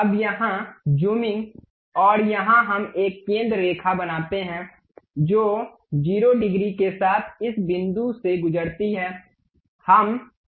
अब यहां जूमिंग और यहां हम एक केंद्र रेखा बनाते हैं जो 0 डिग्री के साथ इस बिंदु से गुजरती है